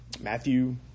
Matthew